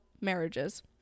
marriages